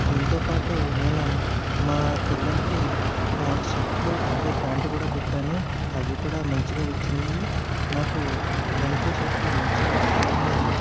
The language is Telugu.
దీంతోపాటు నేను మా పిల్లలకి షర్ట్లు అలాగే ప్యాంట్ కూడా పెట్టాను అవి కూడా మంచిగా వచ్చినయి నాకు ఇలాంటి షర్ట్లు మంచిగా వస్తాయని